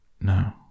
No